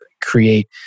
create